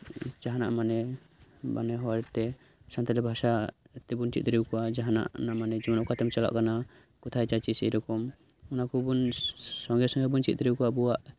ᱡᱟᱦᱟᱱᱟᱜ ᱢᱟᱱᱮ ᱢᱟᱱᱮ ᱦᱚᱲᱛᱮ ᱥᱟᱱᱛᱟᱞᱤ ᱵᱷᱟᱥᱟ ᱛᱮᱵᱚᱱ ᱪᱮᱫ ᱫᱟᱲᱮ ᱟᱠᱚᱣᱟ ᱡᱟᱦᱟᱱᱟᱜ ᱢᱟᱱᱮ ᱚᱠᱟᱛᱮᱢ ᱪᱟᱞᱟᱜ ᱠᱟᱱᱟ ᱠᱳᱛᱷᱟᱭ ᱡᱟᱪᱪᱷᱤᱥ ᱮᱭ ᱨᱚᱠᱚᱢ ᱚᱱᱟ ᱠᱚᱵᱚᱱ ᱥᱚᱝᱜᱮ ᱵᱚᱱ ᱪᱮᱫ ᱫᱟᱲᱮ ᱟᱠᱚᱣᱟᱜ ᱟᱵᱚᱣᱟᱜ